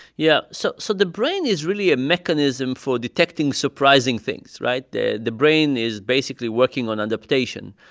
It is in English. yeah. so so the brain is really a mechanism for detecting surprising things, right? the the brain is basically working on adaptation.